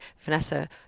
Vanessa